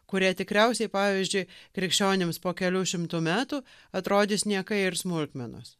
kurie tikriausiai pavyzdžiui krikščionims po kelių šimtų metų atrodys niekai ir smulkmenos